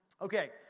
Okay